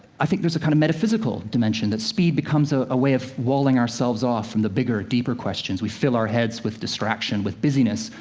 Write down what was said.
i think there's a kind of metaphysical dimension that speed becomes ah a way of walling ourselves off from the bigger, deeper questions. we fill our head with distraction, with busyness,